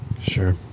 sure